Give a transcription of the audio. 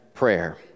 prayer